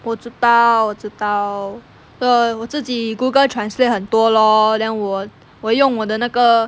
我知道我知道所以我自己 Google translate 很多 lor then 我我用我的那个